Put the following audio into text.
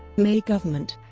may government